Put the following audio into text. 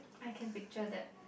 I can picture that